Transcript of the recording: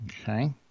okay